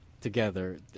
together